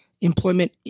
employment